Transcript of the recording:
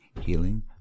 healing